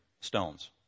stones